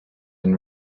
and